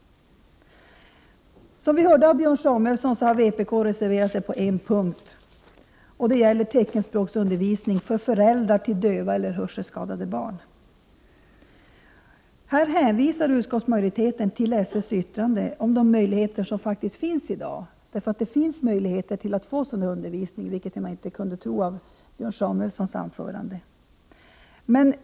Som vi hörde av Björn Samuelson har vpk reserverat sig på en punkt. Det gäller teckenspråksundervisning för föräldrar till döva eller hörselskadade barn. Utskottsmajoriteten hänvisar här till SÖ:s yttrande om de möjligheter som faktiskt finns i dag — det finns ju möjlighet att få sådan undervisning, vilket man inte kunde tro av Björn Samuelsons anförande.